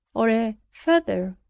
or a feather,